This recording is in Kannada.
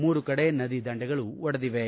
ಮೂರು ಕಡೆ ನದಿ ದಂಡೆಗಳು ಒಡೆದಿವೆ